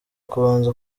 kubanza